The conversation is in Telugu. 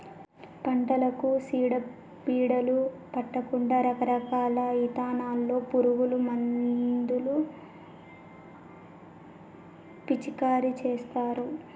పంటలకు సీడ పీడలు పట్టకుండా రకరకాల ఇథానాల్లో పురుగు మందులు పిచికారీ చేస్తారు